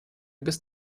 bis